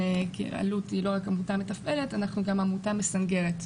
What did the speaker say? כי אלו"ט היא לא רק עמותה מתפעלת אנחנו גם עמותה מסנגרת,